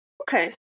Okay